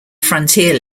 frontier